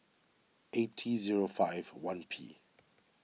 eight T zero five one P